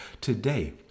Today